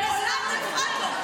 מעולם לא הפרעת לו.